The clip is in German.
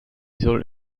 soll